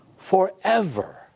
Forever